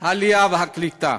העלייה והקליטה.